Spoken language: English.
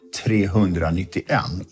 391